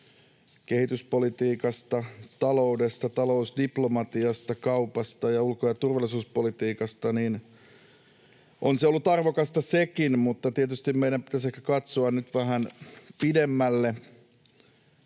kehityspolitiikasta, taloudesta, talousdiplomatiasta, kaupasta ja ulko- ja turvallisuuspolitiikasta, niin on se ollut arvokasta sekin, mutta tietysti meidän pitäisi ehkä katsoa nyt vähän pidemmälle,